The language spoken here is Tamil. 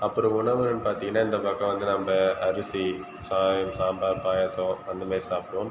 அப்புறம் உணவுலன்னு பார்த்திங்கன்னா இந்த பக்கம் வந்து நம்ம அரிசி சா சாம்பார் பாயாசம் அந்தமாதிரி சாப்பிடுவோம்